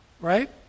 right